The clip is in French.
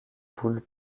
boules